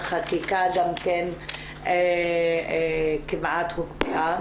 החקיקה גם כן כמעט הוקפאה,